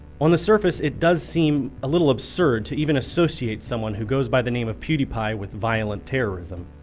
on the surface, it does seem a little absurd to even associate someone who goes by the name of pewdiepie with violent terrorism.